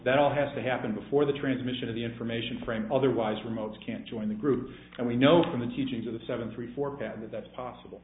that all has to happen before the transmission of the information frame otherwise remotes can join the group and we know from the teachings of the seven three forks out that that's possible